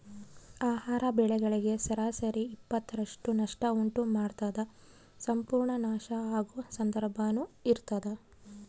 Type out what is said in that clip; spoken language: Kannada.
ಆಹಾರ ಬೆಳೆಗಳಿಗೆ ಸರಾಸರಿ ಇಪ್ಪತ್ತರಷ್ಟು ನಷ್ಟ ಉಂಟು ಮಾಡ್ತದ ಸಂಪೂರ್ಣ ನಾಶ ಆಗೊ ಸಂದರ್ಭನೂ ಇರ್ತದ